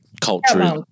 culture